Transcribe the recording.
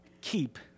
keep